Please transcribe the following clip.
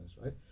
right